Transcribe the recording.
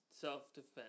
Self-defense